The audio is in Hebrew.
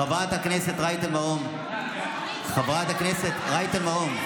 חברת הכנסת רייטן מרום, חברת הכנסת רייטן מרום.